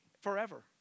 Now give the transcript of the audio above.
forever